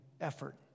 effort